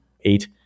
eight